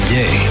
day